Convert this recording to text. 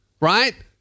right